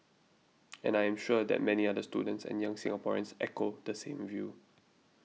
and I am sure that many other students and young Singaporeans echo the same view